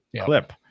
clip